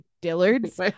Dillard's